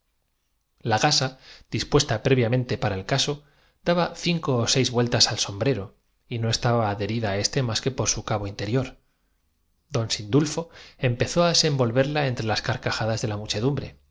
la gasa dispuesta previamente para el caso daba cinco ó seis vueltas al sombrero y no estaba adherida á este más que por su cabo interior don sindulfo em pezó á desenvolverla entre las carcajadas de la